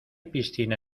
piscina